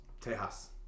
Texas